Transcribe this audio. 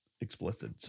explicit